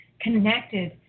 connected